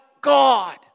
God